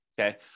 okay